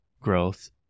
growth